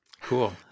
Cool